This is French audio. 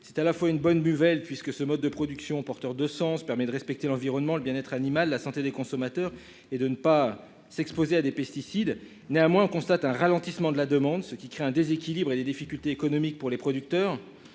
c'est à la fois une bonne Buffel puisque ce mode de production porteur de sens permet de respecter l'environnement. Le bien-être animal la santé des consommateurs et de ne pas s'exposer à des pesticides. Néanmoins, on constate un ralentissement de la demande, ce qui crée un déséquilibre et les difficultés économiques pour les producteurs